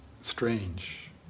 strange